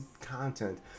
content